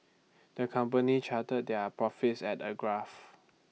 the company charted their profits at A graph